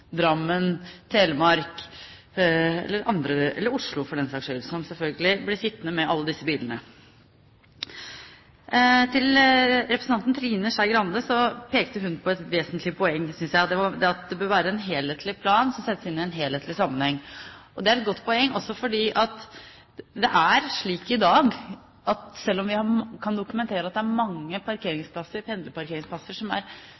Drammen, Telemark eller Oslo, for den saks skyld, som selvfølgelig blir sittende med alle disse bilene. Representanten Trine Skei Grande pekte på et vesentlig poeng, synes jeg. Det var at det bør være en helhetlig plan som settes inn i en helhetlig sammenheng. Det er et godt poeng, også fordi det er slik i dag at selv om vi kan dokumentere at det er mange pendlerparkeringsplasser som er